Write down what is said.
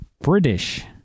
British